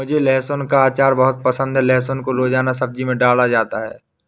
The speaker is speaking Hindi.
मुझे लहसुन का अचार बहुत पसंद है लहसुन को रोजाना सब्जी में डाला जाता है